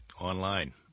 online